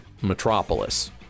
Metropolis